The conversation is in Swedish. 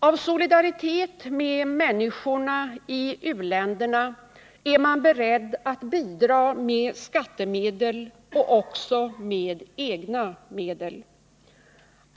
Av solidaritet med människorna i u-länderna är man beredd att bidra med skattemedel och också med egna medel.